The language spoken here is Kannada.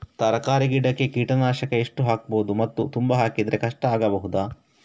ತರಕಾರಿ ಗಿಡಕ್ಕೆ ಕೀಟನಾಶಕ ಎಷ್ಟು ಹಾಕ್ಬೋದು ಮತ್ತು ತುಂಬಾ ಹಾಕಿದ್ರೆ ಕಷ್ಟ ಆಗಬಹುದ?